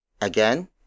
Again